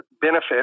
benefit